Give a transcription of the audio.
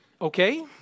Okay